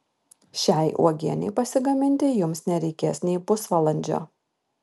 šiai uogienei pasigaminti jums nereikės nei pusvalandžio